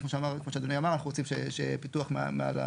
ככל שהתנאים ההנדסיים לא מאפשרים את הפיתוח על הדפו,